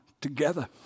together